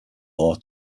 law